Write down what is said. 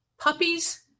Puppies